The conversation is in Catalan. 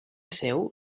seu